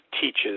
teaches